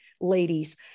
ladies